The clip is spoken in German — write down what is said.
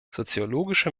soziologische